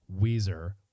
Weezer